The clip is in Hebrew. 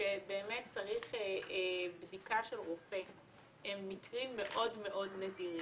שבאמת צריך בדיקה של רופא הם מקרים מאוד נדירים,